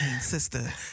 sister